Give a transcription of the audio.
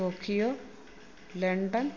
Tokyo London